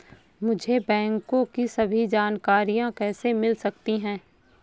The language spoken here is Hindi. मुझे बैंकों की सभी जानकारियाँ कैसे मिल सकती हैं?